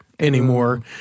anymore